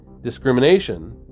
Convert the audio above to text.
discrimination